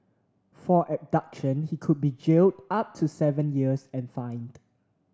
for abduction he could be jailed up to seven years and fined